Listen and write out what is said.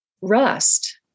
Rust